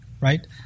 right